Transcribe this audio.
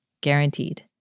guaranteed